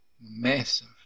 massive